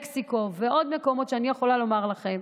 מקסיקו ועוד מקומות, שאני יכולה לומר לכם